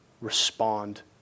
respond